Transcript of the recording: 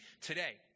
today